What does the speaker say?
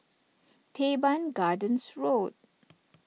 Teban Gardens Road